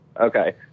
okay